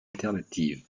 alternatives